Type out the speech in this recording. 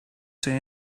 say